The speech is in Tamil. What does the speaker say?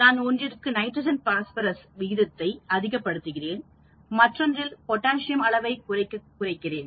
நான் ஒன்றிற்கு நைட்ரஜன் பாஸ்பரஸ் விகிதத்தை அதிகப் படுத்துகிறேன் மற்றொன்றிற்கு பொட்டாசியம் அளவை குறைக்க குறைக்கிறேன்